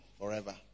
forever